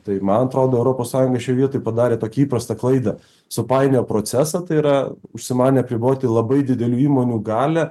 tai man atrodo europos sąjunga šioj vietoj padarė tokį įprastą klaidą supainiojo procesą tai yra užsimanė apriboti labai didelių įmonių galią